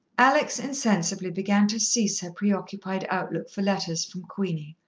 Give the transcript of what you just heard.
alex insensibly began to cease her preoccupied outlook for letters from queenie,